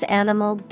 animal